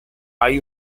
hay